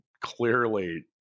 clearly